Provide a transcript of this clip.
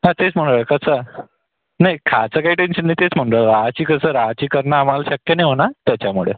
हा तेच म्हणालोय कसं नाही खायचं काही टेंशन नाही तेच म्हणलं राहायची कसं राहायची करणं आम्हाला शक्य नाही होणार त्याच्यामुळे